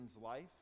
life